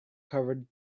covered